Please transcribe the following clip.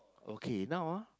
okay now ah